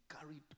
carried